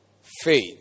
faith